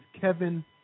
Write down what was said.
Kevin